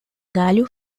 galho